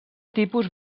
tipus